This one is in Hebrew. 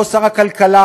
לא שר הכלכלה,